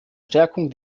stärkung